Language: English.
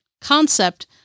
concept